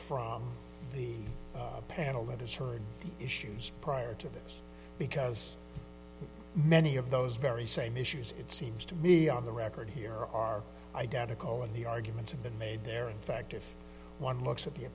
from the panel that is sure issues prior to this because many of those very same issues it seems to me on the record here are identical and the arguments have been made there in fact if one looks at the